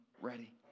ready